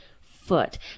foot